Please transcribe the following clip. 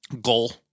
goal